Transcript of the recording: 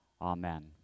Amen